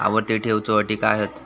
आवर्ती ठेव च्यो अटी काय हत?